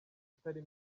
atari